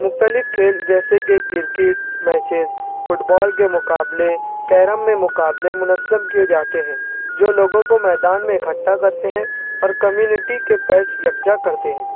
مختلف کھیل جیسے کہ کرکٹ میچز فٹ بال کے مقابلے کیرم میں مقابلے منظم کیے جاتے ہیں جو لوگوں کو میدان میں اکٹھا کرتے ہیں اور کمیونٹی کے پیچ یکجا کرتے ہیں